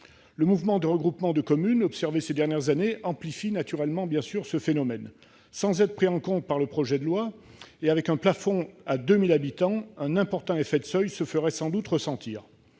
Le mouvement de regroupement de communes observé ces dernières années amplifie cette situation, sans être pris en compte par le projet de loi. Avec un plafond fixé à 2 000 habitants, un important effet de seuil se ferait sans doute ressentir.